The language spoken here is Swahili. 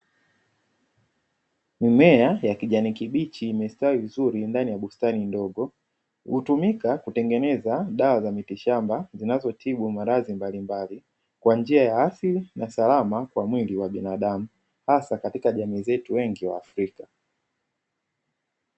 Mimea ya kijani kibichi imestawi vizuri ndani ya bustani ndogo, hutumika kutengeneza dawa za mitishamba zinazotibu maradhi mbalimbali, kwa njia ya asili na salama kwa mwili wa binadamu, hasa katika jamii zetu wengi waafrika.